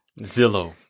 Zillow